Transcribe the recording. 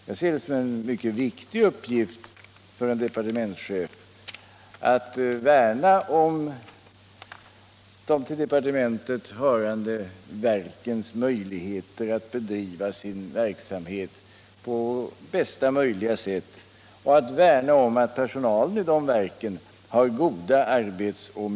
Jag ser det såsom en mycket viktig uppgift för en departementschef att värna om de till departementet hörande verkens möjligheter att bedriva sin verksamhet på bästa möjliga sätt och att värna om att verkspersonalen har en god arbetsmiljö.